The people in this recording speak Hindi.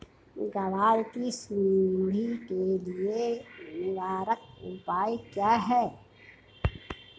ग्वार की सुंडी के लिए निवारक उपाय क्या है?